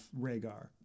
Rhaegar